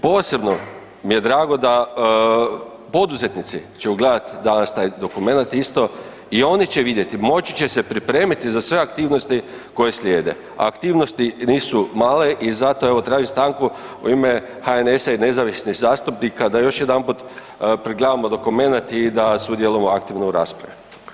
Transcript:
Posebno mi je drago da poduzetnici će ugledati danas taj dokumenat isto i oni će vidjeti, moći će se pripremiti za sve aktivnosti koje slijede, a aktivnosti nisu male i zato, evo tražim stranku u ime HNS-a i nezavisnih zastupnika da još jedanput pregledamo dokumenat i da sudjelujemo aktivno u raspravi.